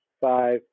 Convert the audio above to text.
five